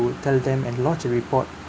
to tell them and lodge a report